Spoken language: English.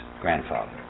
grandfather